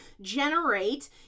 generate